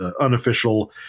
unofficial